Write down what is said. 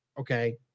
Okay